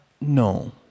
no